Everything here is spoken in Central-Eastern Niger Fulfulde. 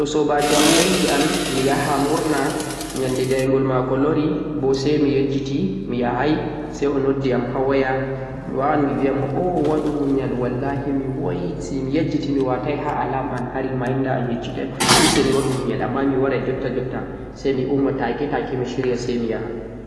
to soobaajo am gayyi am mi yaha murna nyannde daygol maako lori bo say mi yejjiti mi yahay, say o noddi yam ha waya, oh! waɗu muyal mi wallahi mi woyti, mi yejjiti mi waatay ha alarm am reminnder am hesitation useni waɗu muyal ammaa mi waray jotta jotta say mi umma ta'ke ta'ke mi shirya say mi wara.